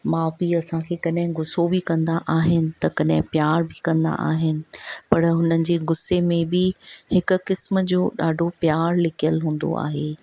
माउ पीउ असांखे कॾहिं घुस्सो बि कंदा आहिनि त कॾहिं प्यारु बि कंदा आहिनि पर हुननि जे घुस्से में बि हिक क़िस्म जो ॾाढो प्यारु लिकियलु हूंदो आहे